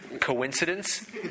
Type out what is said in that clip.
Coincidence